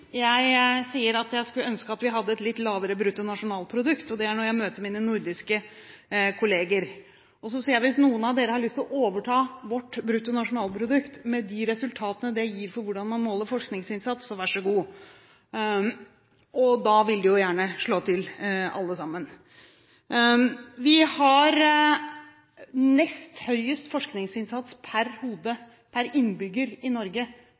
jeg sier at jeg skulle ønske at vi hadde et litt lavere bruttonasjonalprodukt, og det er når jeg møter mine nordiske kolleger. Da sier jeg: Hvis noen av dere har lyst til å overta vårt bruttonasjonalprodukt, med de resultatene det gir for hvordan man måler forskningsinnsats, så vær så god. – Da vil de gjerne slå til alle sammen. Norge har nest høyest forskningsinnsats per innbygger – når vi måler det på denne måten – i